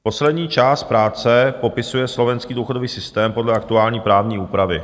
Poslední část práce popisuje slovenský důchodový systém podle aktuální právní úpravy.